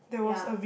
ya